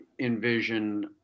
envision